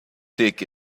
take